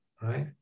right